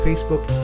Facebook